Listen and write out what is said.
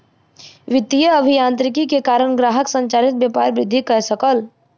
वित्तीय अभियांत्रिकी के कारण ग्राहक संचालित व्यापार वृद्धि कय सकल